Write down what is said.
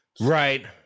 Right